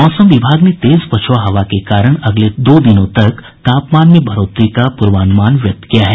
मौसम विभाग ने तेज पछुआ हवा के कारण अगले दो दिनों तक तापमान में बढ़ोतरी का पूर्वानुमान व्यक्त किया है